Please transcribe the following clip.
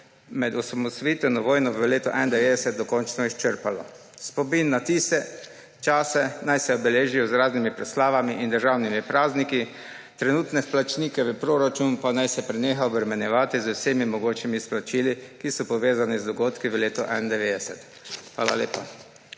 med osamosvojitveno vojno v letu 1991, dokončno izčrpalo. Spomin na tiste čase naj se obeležijo z raznimi proslavami in državnimi prazniki. Trenutne izplačnike v proračun pa naj se prenehajo obremenjevati z vsemi mogočimi izplačili, ki so povezani z dogodki v letu 1991. Hvala lepa.